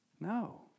No